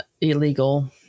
illegal